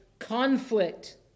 conflict